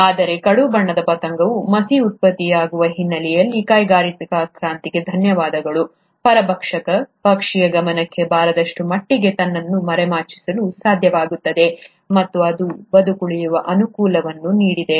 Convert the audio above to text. ಆದರೆ ಕಡು ಬಣ್ಣದ ಪತಂಗವು ಮಸಿ ಉತ್ಪತ್ತಿಯಾಗುವ ಹಿನ್ನೆಲೆಯಲ್ಲಿ ಕೈಗಾರಿಕಾ ಕ್ರಾಂತಿಗೆ ಧನ್ಯವಾದಗಳು ಪರಭಕ್ಷಕ ಪಕ್ಷಿಯ ಗಮನಕ್ಕೆ ಬಾರದಷ್ಟು ಮಟ್ಟಿಗೆ ತನ್ನನ್ನು ಮರೆಮಾಚಲು ಸಾಧ್ಯವಾಗುತ್ತದೆ ಮತ್ತು ಅದು ಬದುಕುಳಿಯುವ ಅನುಕೂಲವನ್ನು ನೀಡಿದೆ